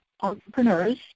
entrepreneurs